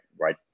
right